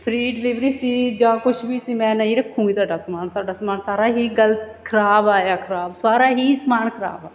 free delivery ਸੀ ਜਾਂ ਕੁਛ ਵੀ ਸੀ ਮੈਂ ਨਹੀਂ ਰੱਖੂਗੀ ਤੁਹਾਡਾ ਸਮਾਨ ਤੁਹਾਡਾ ਸਮਾਨ ਸਾਰਾ ਹੀ ਗਲ ਖ਼ਰਾਬ ਆਇਆ ਖ਼ਰਾਬ ਸਾਰਾ ਹੀ ਸਮਾਨ ਖ਼ਰਾਬ ਆ